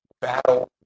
battle